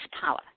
power